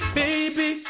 baby